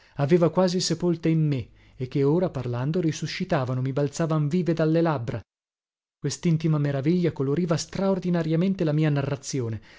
aveva quasi sepolte in me e che ora parlando risuscitavano mi balzavan vive dalle labbra questintima meraviglia coloriva straordinariamente la mia narrazione